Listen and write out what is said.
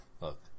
Look